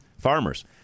farmers